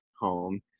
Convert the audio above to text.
home